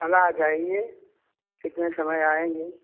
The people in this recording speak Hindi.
कल आ जाइए कितने समय आएंगे